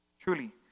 Truly